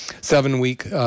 seven-week